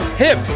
hip